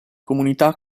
comunità